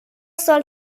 سال